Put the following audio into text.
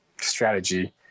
strategy